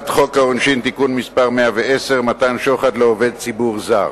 חוק העונשין (תיקון מס' 106) מתן שוחד לעובד ציבור זר.